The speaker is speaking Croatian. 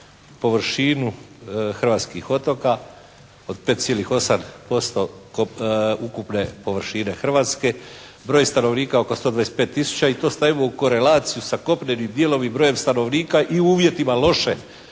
površinu hrvatskih otoka od 5,8% ukupne površine Hrvatske broj stanovnika oko 125 tisuća i to stavimo u korelaciju sa kopnenim dijelom i brojem stanovnika i uvjetima loše